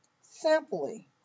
simply